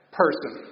person